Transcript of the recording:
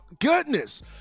goodness